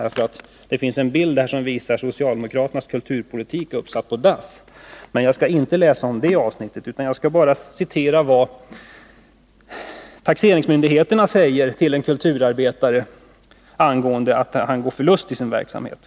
Det finns nämligen en bild där som visar socialdemokraternas kulturpolitik, uppsatt på dass. Men jag skall inte läsa om det avsnittet. Jag skall bara citera vad taxeringsmyndigheterna säger till en kulturarbetare angående förlust i dennes verksamhet.